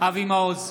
אבי מעוז,